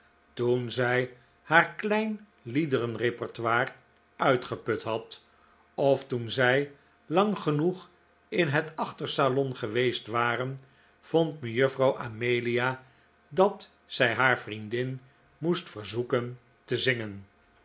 toen zij haar klein liederen repertoire uitgeput had of toen zij lang genoeg in het achtersalon geweest waren vond mejuffrouw amelia dat zij haar vriendin moest verzoeken te zingen